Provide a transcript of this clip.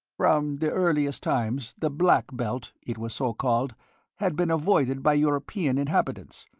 from the earliest times the black belt it was so called had been avoided by european inhabitants,